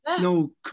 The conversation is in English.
no